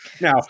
Now